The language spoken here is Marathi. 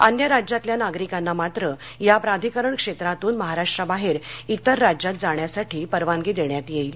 अन्य राज्यातल्या नागरिकांना मात्र या प्राधिकरण क्षेत्रातून महाराष्ट्राबाहेर तिर राज्यात जाण्यासाठी परवानगी देण्यात येईल